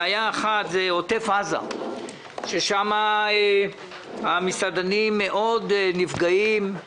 בעיה אחת היא עוטף עזה, ששם המסעדנים נפגעים מאוד.